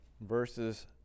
verses